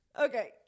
okay